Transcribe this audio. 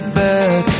back